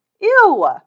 Ew